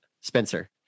spencer